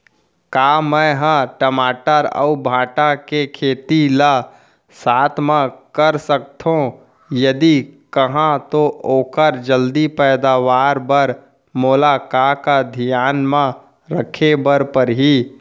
का मै ह टमाटर अऊ भांटा के खेती ला साथ मा कर सकथो, यदि कहाँ तो ओखर जलदी पैदावार बर मोला का का धियान मा रखे बर परही?